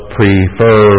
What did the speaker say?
prefer